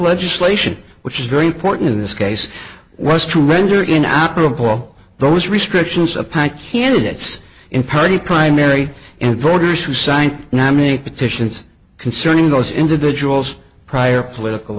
legislation which is very important in this case was to render in operable those restrictions upon candidates in party primary and voters who signed nominate petitions concerning those individuals prior political